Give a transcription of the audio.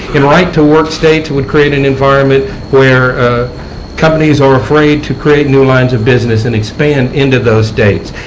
in right-to-work states, it would create an environment where companies are afraid to create new lines of business and expand into those states.